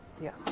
Yes